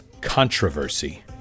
controversy